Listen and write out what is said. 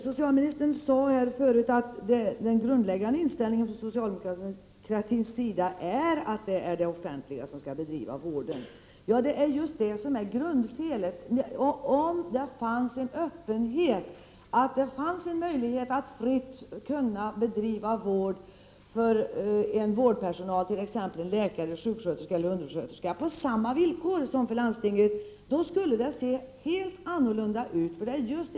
Socialministern sade tidigare att den grundläggande inställningen från socialdemokratins sida är att det offentliga skall bedriva vården. Däri ligger grundfelet. Om det fanns en öppenhet och en möjlighet för vårdpersonalen, t.ex. läkare, sjuksköterskor och undersköterskor, att fritt kunna bedriva vård på samma villkor som landstinget, skulle det se helt annorlunda ut.